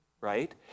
right